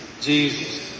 Jesus